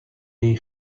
des